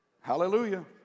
Hallelujah